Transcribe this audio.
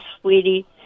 sweetie